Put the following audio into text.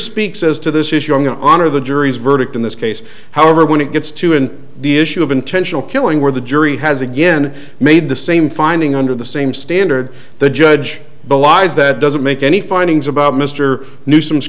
speaks as to this issue i'm going to honor the jury's verdict in this case however when it gets to and the issue of intentional killing where the jury has again made the same finding under the same standard the judge belies that doesn't make any findings about mr nuisance